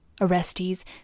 Orestes